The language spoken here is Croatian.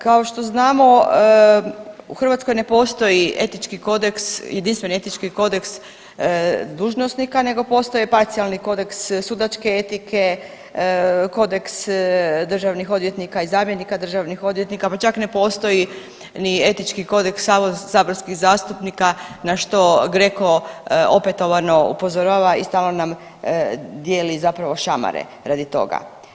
Kao što znamo u Hrvatskoj ne postoji etički kodeks, jedinstveni etički kodeks nego postoje parcijalni kodeks sudačke etike, kodeks državnih odvjetnika i zamjenika državnih odvjetnika, pa čak ne postoji ni etički kodeks saborskih zastupnika na što GRCO opetovano upozorava i stalno nam dijeli zapravo šamare radi toga.